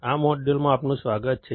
આ મોડ્યુલમાં આપનું સ્વાગત છે